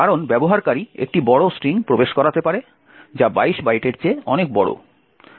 কারণ ব্যবহারকারী একটি বড় স্ট্রিং প্রবেশ করাতে পারে যা 22 বাইটের চেয়ে অনেক বড়